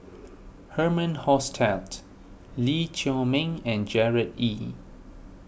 Herman Hochstadt Lee Chiaw Meng and Gerard Ee